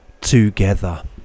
together